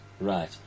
Right